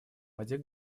воде